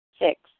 Six